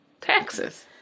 taxes